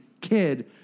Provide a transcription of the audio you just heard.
kid